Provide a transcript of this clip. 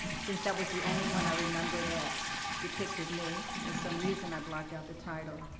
since that was the only one i remember that depicted me. for some reason, i blocked out the title.